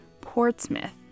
Portsmouth